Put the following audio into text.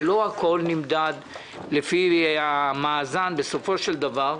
ולא הכול נמדד לפי המאזן בסופו של דבר.